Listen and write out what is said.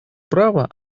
право